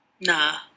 Nah